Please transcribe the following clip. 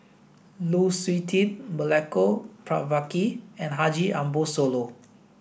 Lu Suitin Milenko Prvacki and Haji Ambo Sooloh